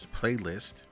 playlist